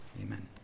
Amen